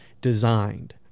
designed